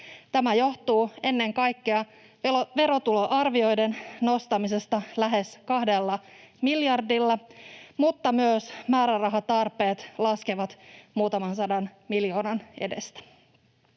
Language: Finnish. Tämä johtuu ennen kaikkea verotuloarvioiden nostamisesta lähes 2 miljardilla, mutta myös määrärahatarpeet laskevat muutaman sadan miljoonan edestä.